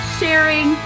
sharing